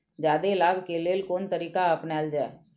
जादे लाभ के लेल कोन तरीका अपनायल जाय?